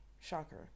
shocker